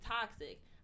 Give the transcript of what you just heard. toxic